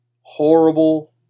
horrible